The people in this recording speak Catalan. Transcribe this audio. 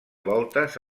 voltes